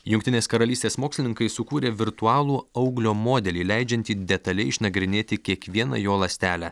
jungtinės karalystės mokslininkai sukūrė virtualų auglio modelį leidžiantį detaliai išnagrinėti kiekvieną jo ląstelę